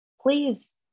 please